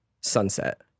sunset